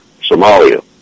Somalia